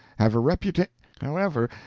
have a reputa however,